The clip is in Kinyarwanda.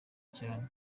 cyane